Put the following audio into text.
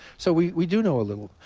so we we do know a little,